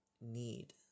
need